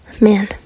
man